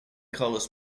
carlos